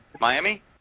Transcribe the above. Miami